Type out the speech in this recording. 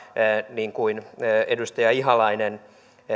niin kuin edustaja ihalainen